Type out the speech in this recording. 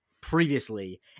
previously